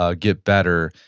ah get better,